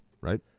Right